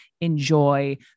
enjoy